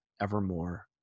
evermore